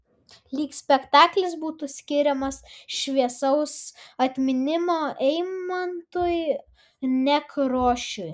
lyg spektaklis būtų skiriamas šviesaus atminimo eimuntui nekrošiui